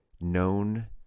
known